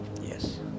Yes